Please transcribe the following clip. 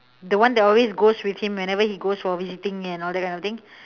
the one that always goes with him whenever he goes for visiting and all that kind of thing